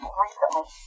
recently